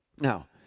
Now